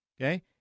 Okay